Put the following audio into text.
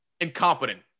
incompetent